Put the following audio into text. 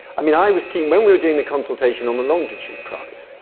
i mean, i was keen, when we were doing the consultation on the longitude prize,